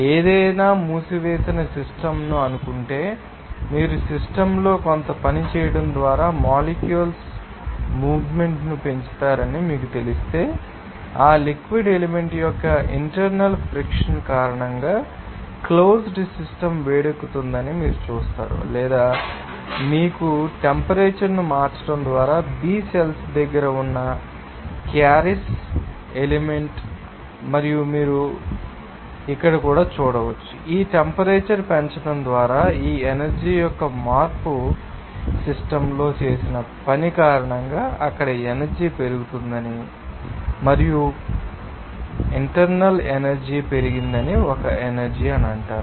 ఏదైనా మూసివేసిన సిస్టమ్ ను అనుకుంటే మీరు సిస్టమ్ లో కొంత పని చేయడం ద్వారా మొలిక్యూల్స్ మూవ్మెంట్ ను పెంచుతారని మీకు తెలిస్తే ఆ లిక్విడ్ ఎలిమెంట్ యొక్క ఇంటర్నల్ ఫ్రిక్షన్ కారణంగా క్లోజ్డ్ సిస్టమ్ వేడెక్కుతుందని మీరు చూస్తారు లేదా మీకు తెలుసు టెంపరేచర్ ను మార్చడం ద్వారా B సెల్స్ దగ్గరగా ఉన్న క్యారియస్ ఎలిమెంట్ మరియు మీరు కూడా చెప్పవచ్చు ఈ టెంపరేచర్ పెంచడం ద్వారా ఈ ఎనర్జీ యొక్క మార్పు సిస్టమ్ లో చేసిన పని కారణంగా అక్కడ ఎనర్జీ పెరుగుతుందని మరియు పెరుగుతుందని మీరు చూస్తారు ఇంటర్నల్ ఎనర్జీ పెరిగినందున ఒక ఎనర్జీ అంటారు